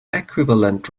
equivalent